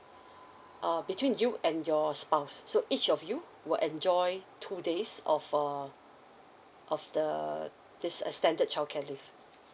oh did you and your spouse so each of you will enjoy two days of um of the this extended childcare leave